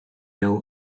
mill